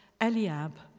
Eliab